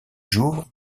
jours